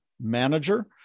manager